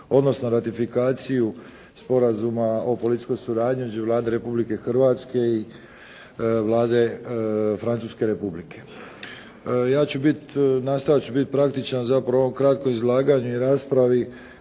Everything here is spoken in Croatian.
odnosno ratifikaciju sporazuma o policijskoj suradnji između Vlade Republike Hrvatske i Vlade Francuske Republike. Ja ću biti, nastojat ću biti praktičan za prvom kratkom izlaganju i raspravi